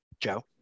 Joe